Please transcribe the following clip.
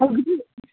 ꯍꯧꯖꯤꯛꯀꯤ